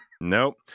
Nope